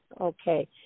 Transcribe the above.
Okay